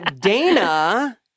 Dana